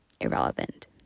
irrelevant